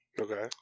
Okay